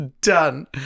done